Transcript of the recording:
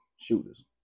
shooters